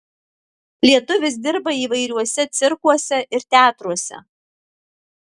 lietuvis dirba įvairiuose cirkuose ir teatruose